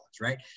right